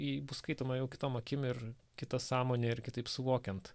ji bus skaitoma jau kitom akim ir kita sąmone ir kitaip suvokiant